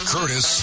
Curtis